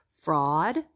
fraud